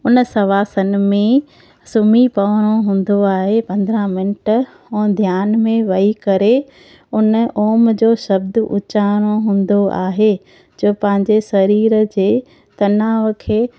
उन शवासन में सुम्ही पवणो हूंदो आहे पंद्रहं मिन्ट ऐं ध्यान में वेही करे उन ओम जो शब्द उचारिणो हूंदो आहे जो पंहिंजे शरीर जे तनाव खे